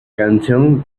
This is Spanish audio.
canción